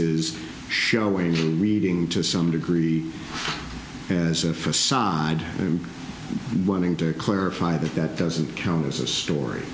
sides is showing reading to some degree as a facade and wanting to clarify that that doesn't count as a story